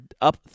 up